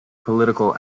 political